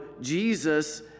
Jesus